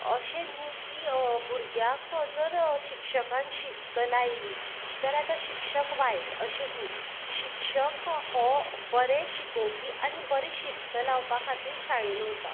अशें न्ही की भुरग्याक जर शिक्षकान शिस्त लायली जाल्यार तो शिक्षक वायट अशें न्ही शिक्षक हो बरें शिकोवपी आनी बरी शिस्त लावपा खातीर शाळेंत उरता